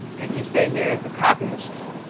and you stay here as the copy machine,